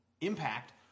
impact